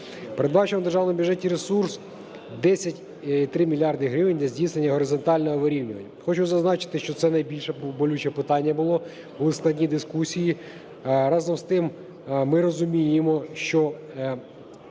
Передбачено в Державному бюджеті ресурс 10,3 мільярда гривень для здійснення горизонтального вирівнювання. Хочу зазначити, що це найбільш болюче питання було, були складні дискусії. Разом з тим, ми розуміємо, що